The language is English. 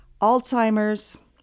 Alzheimer's